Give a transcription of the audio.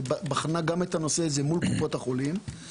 ובחנה גם את הנושא הזה מול קופות החולים.